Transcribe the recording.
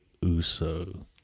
Uso